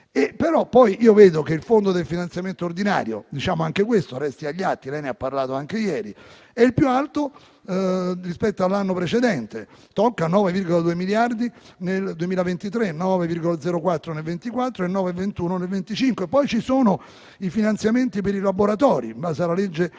Però poi vedo che il fondo del finanziamento ordinario - chiedo che anche questo resti agli atti, lei ne ha parlato anche ieri - è più alto rispetto all'anno precedente: tocca 9,2 miliardi nel 2023, 9,04 nel 2024 e 9,21 nel 2025. Poi ci sono i finanziamenti per i laboratori, in base alla legge n.